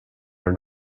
are